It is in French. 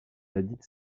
ladite